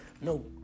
no